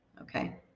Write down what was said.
Okay